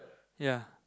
ya